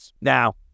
Now